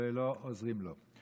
ולא עוזרים לו.